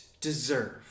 deserve